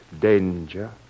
danger